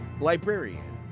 librarian